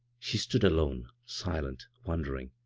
she stood alone, silent, wondering,